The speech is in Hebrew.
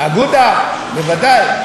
אגודה, בוודאי.